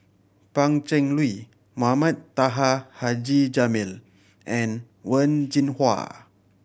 Pan Cheng Lui Mohamed Taha Haji Jamil and Wen Jinhua